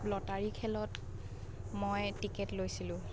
lottery খেলত মই ticket লৈছিলোঁ